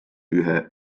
ühe